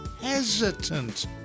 hesitant